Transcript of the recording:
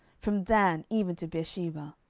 from dan even to beersheba.